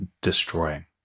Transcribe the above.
destroying